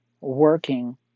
working